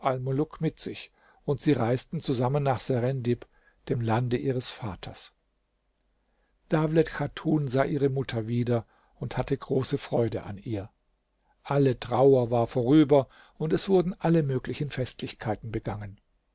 mit sich und sie reisten zusammen nach serendib dem lande ihres vaters dawlet chatun sah ihre mutter wieder und hatte große freude an ihr alle trauer war vorüber und es wurden alle möglichen festlichkeiten begangen